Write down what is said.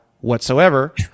whatsoever